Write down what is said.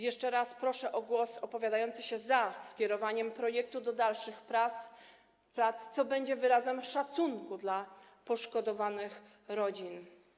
Jeszcze raz proszę o głos opowiadający się za skierowaniem projektu do dalszych prac, co będzie wyrazem szacunku dla poszkodowanych rodzin.